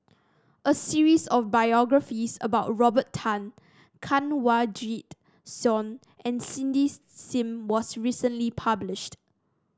a series of biographies about Robert Tan Kanwaljit Soin and Cindy Sim was recently published